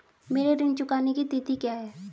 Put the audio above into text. मेरे ऋण चुकाने की तिथि क्या है?